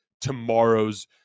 tomorrow's